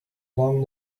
long